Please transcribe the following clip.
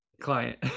client